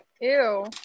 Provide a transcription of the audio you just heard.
Ew